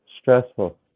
Stressful